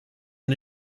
and